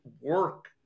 work